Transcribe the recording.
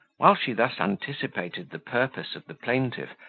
while she thus anticipated the purpose of the plaintiff,